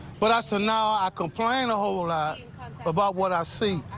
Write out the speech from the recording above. but i said, no, i complain a whole lot about what i've seen.